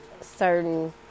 certain